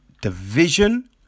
division